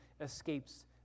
escapes